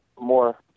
more